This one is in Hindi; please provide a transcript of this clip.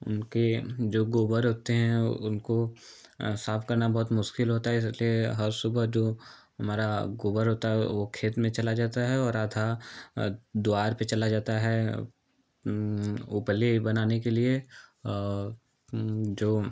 उनके जो गोबर होते हैं उनको साफ करना बहुत मुश्किल होता है इसलिए हर सुबह जो हमारा गोबर होता है वह खेत में चला जाता है और आधा द्वार पर चला जाता है उपले बनाने के लिए और जो